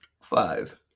Five